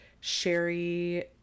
Sherry